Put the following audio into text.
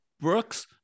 Brooks –